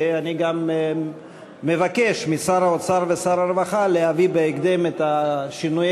ואני גם מבקש משר האוצר ושר הרווחה להביא בהקדם את שינויי